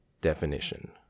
Definition